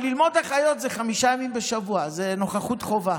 ללמוד אחיות זה חמישה ימים בשבוע, זה נוכחות חובה,